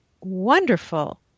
wonderful